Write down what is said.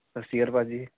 ਸਤਿ ਸ਼੍ਰੀ ਅਕਾਲ ਭਾਅ ਜੀ